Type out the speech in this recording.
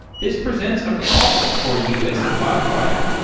this presents a problem for you as the cloud provider,